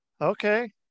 okay